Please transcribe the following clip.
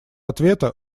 ответа